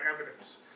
evidence